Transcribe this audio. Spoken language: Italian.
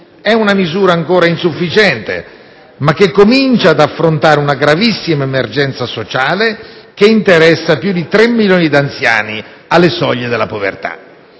È una misura ancora insufficiente, ma che comincia ad affrontare una gravissima emergenza sociale, che interessa più di 3 milioni di anziani alle soglie della povertà.